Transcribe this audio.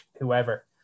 whoever